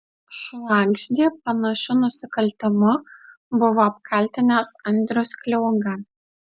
švagždį panašiu nusikaltimu buvo apkaltinęs andrius kliauga